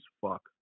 fuck